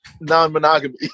non-monogamy